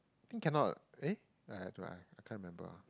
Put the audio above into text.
think cannot eh I can't remember